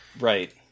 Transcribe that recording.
Right